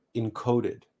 encoded